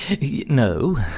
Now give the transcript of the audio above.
No